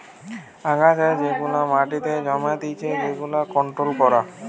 আগাছা যেগুলা মাটিতে জন্মাতিচে সেগুলার কন্ট্রোল করা